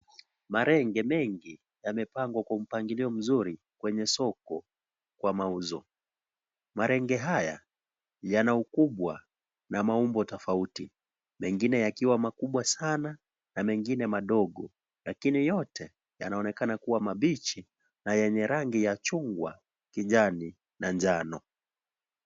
Marenge mengi yamepangwa kwa mpangilio mzuri kwenye soko kwa mauzo. Marenge haya, yana ukubwa, na maumbo tofauti. Mengine yakiwa makubwa sana, na mengine madogo. Lakini yote, yanaonekana kuwa mabichi, na yenye rangi ya chungwa, kijani na njano.